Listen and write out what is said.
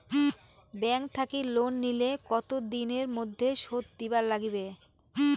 Bank থাকি loan নিলে কতো দিনের মধ্যে শোধ দিবার নাগিবে?